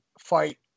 fight